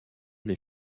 les